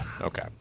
Okay